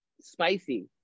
spicy